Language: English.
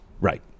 right